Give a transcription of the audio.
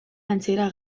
antzera